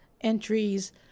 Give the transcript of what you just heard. entries